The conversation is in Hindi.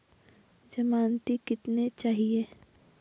ज़मानती कितने चाहिये?